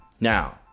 Now